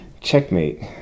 checkmate